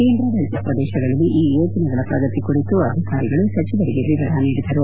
ಕೇಂದ್ರಾಡಳಿತ ಪ್ರದೇಶಗಳಲ್ಲಿ ಈ ಯೋಜನೆಗಳ ಪ್ರಗತಿ ಕುರಿತು ಅಧಿಕಾರಿಗಳು ಸಚಿವರಿಗೆ ವಿವರ ನೀಡಿದರು